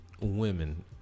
women